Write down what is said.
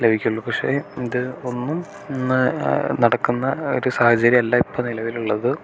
ലഭിക്കുള്ളൂ പക്ഷേ ഇത് ഒന്നും ഇന്ന് നടക്കുന്ന ഒരു സാഹചര്യം അല്ല ഇപ്പോൾ നിലവിലുള്ളത്